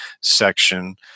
section